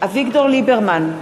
אביגדור ליברמן,